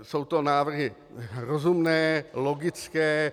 Jsou to návrhy rozumné, logické.